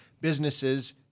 businesses